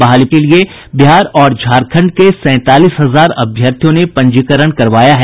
बहाली प्रक्रिया के लिए बिहार और झारंखड के सैंतालीस हजार अभ्यर्थियों ने पंजीकरण करवाया है